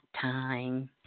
time